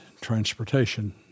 transportation